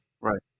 Right